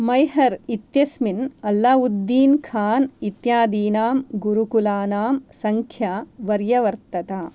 मैहर् इत्यस्मिन् अल्लावुद्दीन् खान् इत्यादीनां गुरुकुलानां सङ्ख्या वर्यवर्तत